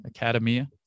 Academia